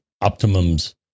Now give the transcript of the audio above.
Optimum's